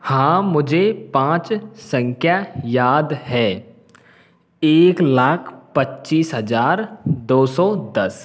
हाँ मुझे पाँच संख्या याद है एक लाख पच्चीस हज़ार दो सौ दस